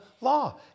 law